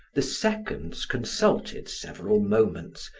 the seconds consulted several moments,